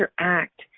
interact